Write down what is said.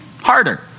harder